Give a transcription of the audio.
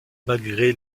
malgré